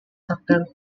tactile